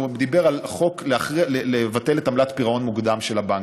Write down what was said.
והוא דיבר על חוק של ביטול עמלת פירעון מוקדם של הבנקים.